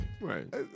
Right